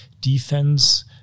defense